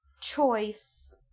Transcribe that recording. choice